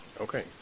Okay